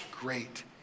Great